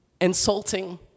insulting